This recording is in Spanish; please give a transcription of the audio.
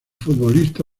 futbolista